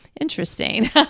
interesting